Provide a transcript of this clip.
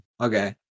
Okay